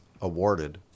awarded